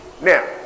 now